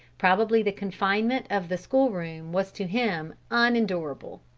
probably the confinement of the school-room was to him unendurable.